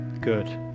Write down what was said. good